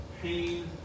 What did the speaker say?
pain